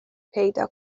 پیدا